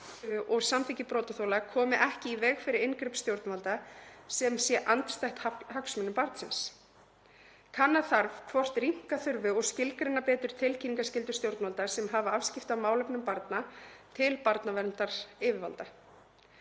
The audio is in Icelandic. og samþykki brotaþola komi ekki í veg fyrir inngrip stjórnvalda sem sé andstætt hagsmunum barnsins. Kanna þarf hvort rýmka þurfi og skilgreina betur tilkynningarskyldu stjórnvalda sem hafa afskipti af málefnum barna til barnaverndaryfirvalda.